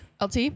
LT